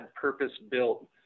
purpose-built